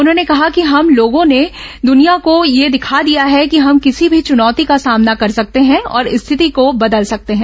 उन्होंने कहा कि हम लोगों ने दुनिया को ये दिखा दिया है कि हम किसी भी चुनौती का सामना कर सकते हैं और स्थिति को बदल सकते हैं